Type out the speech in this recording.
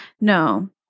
No